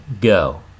Go